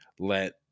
Let